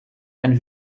ein